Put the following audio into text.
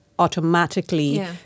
Automatically